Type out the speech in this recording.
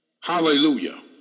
Hallelujah